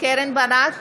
קרן ברק,